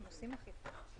הם עושים אכיפה.